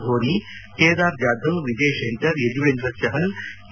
Dhoni Kedar Jadhav Vijay Shankar Yuzvendra Chahal K